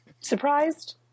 surprised